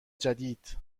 جدید